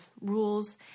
rules